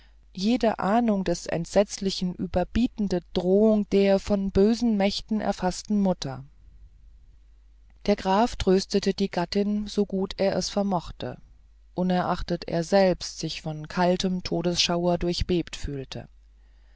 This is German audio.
jede ahnung des entsetzlichsten überbietenden drohung der von bösen mächten erfaßten mutter der graf tröstete die gattin so gut er es vermochte unerachtet er selbst sich von kaltem todesschauer durchbebt fühlte